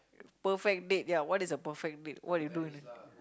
perfect date ya what is a perfect date what you do in a date